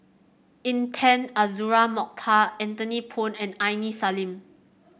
Intan Azura Mokhtar Anthony Poon and Aini Salim